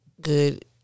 good